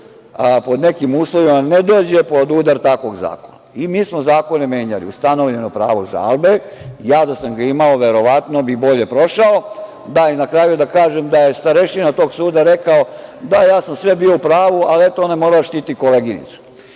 pod nekim uslovima ne dođe pod udar takvog zakona. Mi smo zakone menjali, ustanovljeno pravo žalbe. Ja da sam ga imao verovatno bi bolje prošao i na kraju da kažem da je starešina tog suda rekao – da, ja sam sve bio u pravu, ali eto, ona je morala da štiti koleginicu